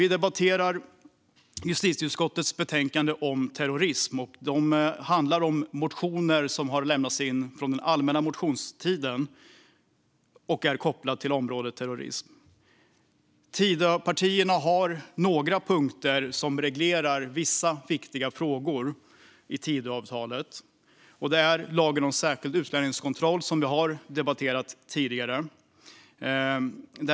Vi debatterar justitieutskottets betänkande om terrorism, som behandlar motioner med koppling till området terrorism som lämnats in under allmänna motionstiden. Tidöpartierna har i Tidöavtalet några punkter som reglerar vissa viktiga frågor. Det handlar om lagen om särskild utlänningskontroll, som vi har debatterat tidigare.